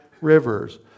rivers